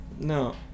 No